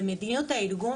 במדיניות הארגון,